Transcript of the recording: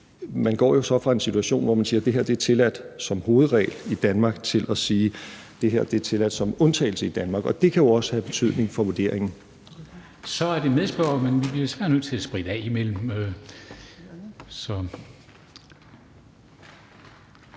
så går fra en situation, hvor man siger, at det her som hovedregel er tilladt i Danmark, til at sige, at det her er tilladt som undtagelse i Danmark. Og det kan jo også have betydning for vurderingen.